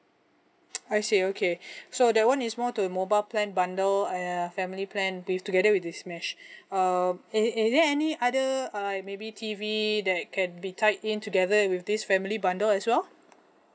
I see okay so that [one] is more to mobile plan bundle uh family plan with together with this mesh um is is there any other uh maybe T_V that can be tied in together with this family bundle as well